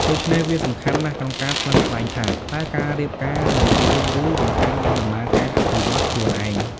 ដូច្នេះ វាសំខាន់ណាស់ក្នុងការថ្លឹងថ្លែងថា តើការរៀបការនឹងជួយ ឬរំខានដល់ដំណើរការអភិវឌ្ឍន៍ខ្លួនឯង។